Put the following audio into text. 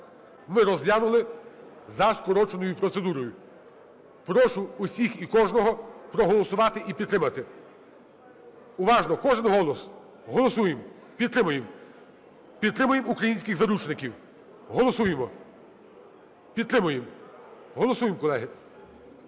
ми розглянули за скороченою процедурою. Прошу всіх і кожного проголосувати і підтримати. Уважно! Кожен голос. Голосуємо! Підтримуємо! Підтримуємо українських заручників. Голосуємо. Підтримуємо. Голосуємо, колеги.